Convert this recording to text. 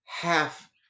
half